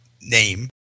name